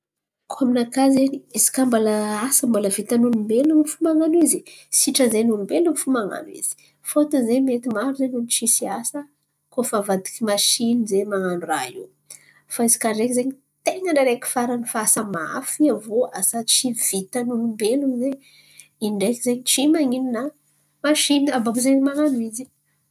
Koa aminakà izen̈y izaka mbala asa mbala vita ny olombelon̈o fo man̈ano izy sitrany izay olombelona fo man̈ano izy. Fôtiny izen̈y mety maro olo tsisy asa mafy, avô asa tsy vitany olombelon̈o zen̈y, in̈y ndreky zen̈y tsy man̈ino na masiny abaka iô zen̈y man̈ano izy.